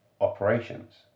operations